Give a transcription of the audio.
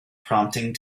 prompting